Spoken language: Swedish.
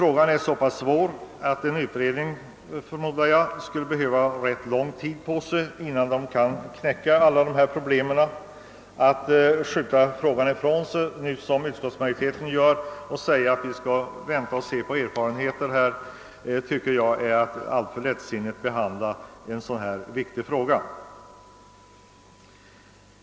Den är så svår att en utredning förmodligen skulle behöva ganska lång tid för att lösa dessa problem. Att skjuta frågan ifrån sig, som utskottet gör, och säga att vi skall vänta och se vilka erfarenheterna blir tycker jag är alltför lättsinnigt.